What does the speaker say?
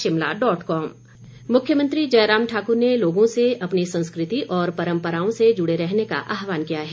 मुख्यमंत्री मुख्यमंत्री जयराम ठाकुर ने लोगों से अपनी संस्कृति और परम्पराओं से जुड़े रहने का आह्वान किया है